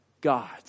God